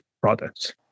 products